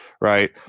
right